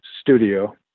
studio